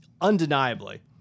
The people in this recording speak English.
undeniably